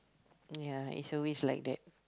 ya it's always like that